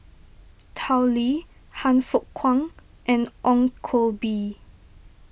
Tao Li Han Fook Kwang and Ong Koh Bee